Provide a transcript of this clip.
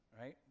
right